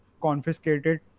confiscated